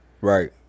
Right